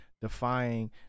defying